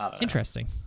interesting